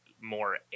more